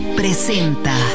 presenta